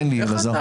תן לי, אלעזר.